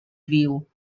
viu